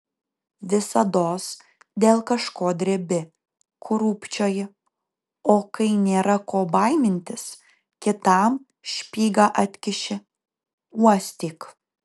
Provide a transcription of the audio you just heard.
visados dėl kažko drebi krūpčioji o kai nėra ko baimintis kitam špygą atkiši uostyk